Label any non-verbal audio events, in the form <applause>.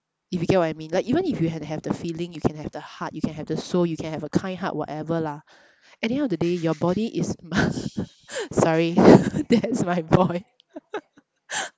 if you get what I mean like even if you had have the feeling you can have the heart you can have the soul you can have a kind heart whatever lah at the end of the day your body is <laughs> sorry that's my boy